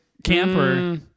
camper